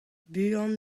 buan